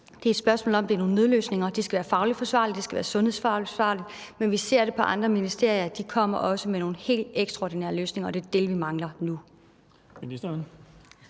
Det er et spørgsmål om, at der skal være nogle nødløsninger, der skal være fagligt forsvarlige og sundhedsfagligt forsvarlige. Men vi ser, at andre ministerier kommer med nogle helt ekstraordinære løsninger. Det er det, vi mangler nu.